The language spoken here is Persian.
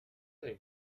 دارین